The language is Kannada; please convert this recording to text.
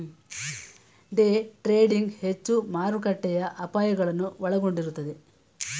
ಡೇ ಟ್ರೇಡಿಂಗ್ ಹೆಚ್ಚು ಮಾರುಕಟ್ಟೆಯ ಅಪಾಯಗಳನ್ನು ಒಳಗೊಂಡಿರುತ್ತದೆ